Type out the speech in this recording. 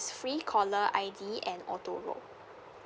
free caller I_D and auto roam